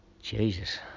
Jesus